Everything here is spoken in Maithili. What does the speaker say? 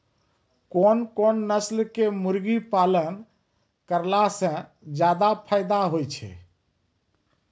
कोन कोन नस्ल के मुर्गी पालन करला से ज्यादा फायदा होय छै?